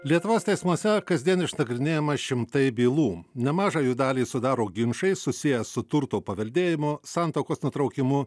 lietuvos teismuose kasdien išnagrinėjama šimtai bylų nemažą jų dalį sudaro ginčai susiję su turto paveldėjimu santuokos nutraukimu